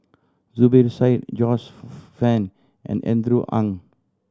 Zubir Said Joyce Fan and Andrew Ang